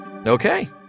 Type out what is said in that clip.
Okay